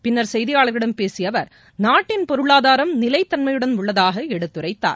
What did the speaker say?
பின்னர் செய்தியாளர்களிடம் பேசிய அவர் நாட்டின் பொருளாதாரம் நிலைத்தன்மையுடன் உள்ளதாக எடுத்துரைத்தார்